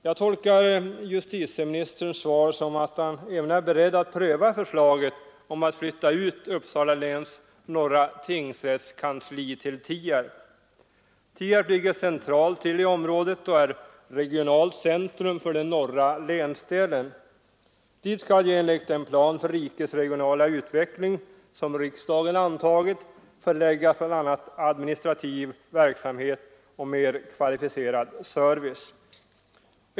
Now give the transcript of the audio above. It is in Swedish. Jag tolkar justitieministerns svar så att han också är beredd att pröva förslaget om att flytta ut Uppsala läns norra tingsrätts kansli till Tierp, som ligger centralt till i området och är regionalt centrum för den norra länsdelen. Enligt den plan för rikets regionala utveckling som riksdagen har antagit skall ju till Tierp förläggas bl.a. administrativ verksamhet och mer kvalificerad service.